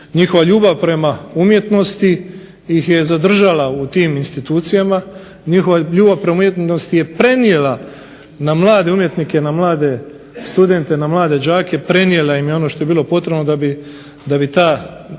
njihova ljubav prema umjetnosti ih je zadržala u tim institucijama, njihova ljubav prema umjetnosti je prenijela na mlade umjetnike, na mlade đake, prenijela im je ono što je bilo potrebno da bi ta